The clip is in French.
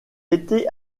était